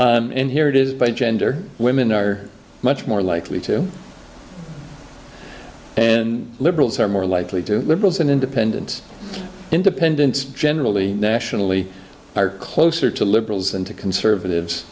that and here it is by gender women are much more likely to be liberals or more likely to liberals and independents independents generally nationally are closer to liberals and to conservative